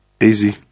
Easy